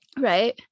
right